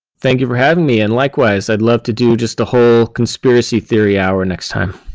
thank you for having me, and likewise, i'd love to do just the whole conspiracy theory hour next time.